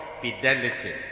fidelity